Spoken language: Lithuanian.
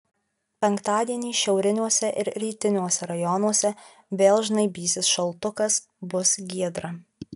penktadienį šiauriniuose ir rytiniuose rajonuose vėl žnaibysis šaltukas bus giedra